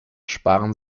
sparen